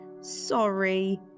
Sorry